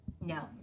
No